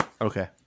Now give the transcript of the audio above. Okay